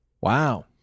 wow